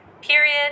period